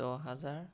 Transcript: দহ হাজাৰ